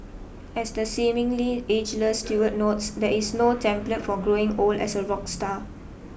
as the seemingly ageless Stewart notes there is no template for growing old as a rock star